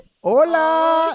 ¡Hola